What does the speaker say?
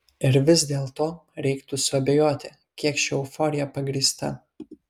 ir vis dėlto reiktų suabejoti kiek ši euforija pagrįsta